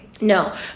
No